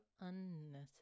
unnecessary